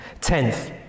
Tenth